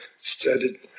studied